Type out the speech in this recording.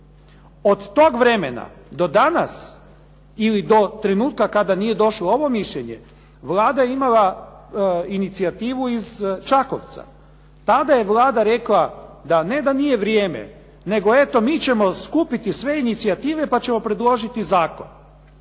Od toga vremena pa do danas, ili do trenutka kada nije došlo ovo mišljenje Vlada je imala inicijativu iz Čakovca. Tada je Vlada rekla ne da nije vrijeme, nego eto mi ćemo skupiti sve inicijative pa ćemo predložiti zakon,